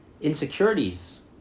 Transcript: insecurities